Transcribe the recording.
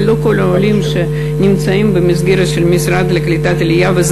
אבל לא כל העולים שנמצאים במסגרת של המשרד לקליטת העלייה והם